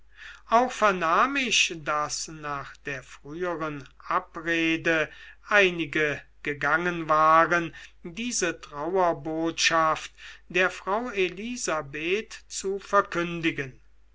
auch vernahm ich daß nach der früheren abrede einige gegangen waren diese trauerbotschaft der frau elisabeth zu verkündigen